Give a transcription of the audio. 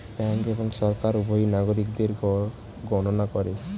bank এবং সরকার উভয়ই নাগরিকদের কর গণনা করে